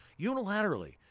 unilaterally